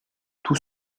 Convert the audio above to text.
tout